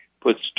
puts